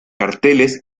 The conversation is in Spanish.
carteles